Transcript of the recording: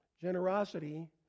Generosity